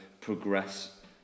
progress